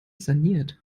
saniert